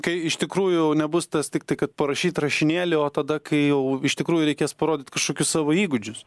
kai iš tikrųjų nebus tas tiktai kad parašyt rašinėlį o tada kai jau iš tikrųjų reikės parodyt kažkokius savo įgūdžius